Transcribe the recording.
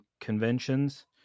conventions